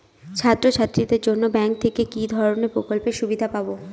ছাত্রছাত্রীদের জন্য ব্যাঙ্ক থেকে কি ধরণের প্রকল্পের সুবিধে পাবো?